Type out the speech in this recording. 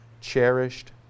cherished